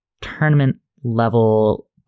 tournament-level